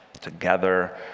together